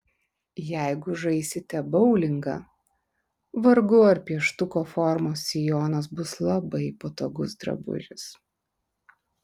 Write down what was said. jeigu žaisite boulingą vargu ar pieštuko formos sijonas bus labai patogus drabužis